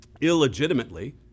illegitimately